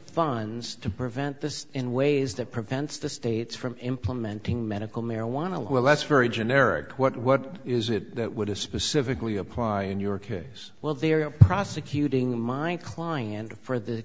funds to prevent this in ways that prevents the states from implementing medical marijuana well that's very generic what what is it that would have specifically apply in your case well they are prosecuting mine kline and for the